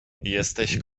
jesteś